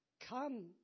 come